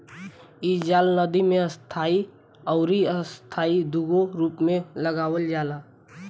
इ जाल नदी में स्थाई अउरी अस्थाई दूनो रूप में लगावल जाला